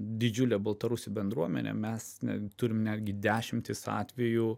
didžiulė baltarusių bendruomenė mes netgi turim netgi dešimtis atvejų